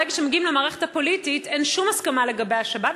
ברגע שמגיעים למערכת הפוליטית אין שום הסכמה לגבי השבת,